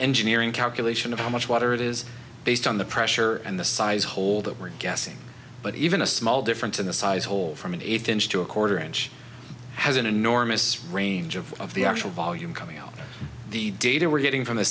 engineering calculation of how much water it is based on the pressure and the size hole that we're guessing but even a small difference in the size hole from an eight inch to a quarter inch has an enormous range of of the actual volume coming out the data we're getting from the